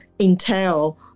entail